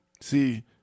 See